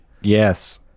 Yes